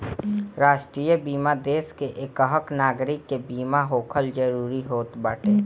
राष्ट्रीय बीमा देस के एकहक नागरीक के बीमा होखल जरूरी होत बाटे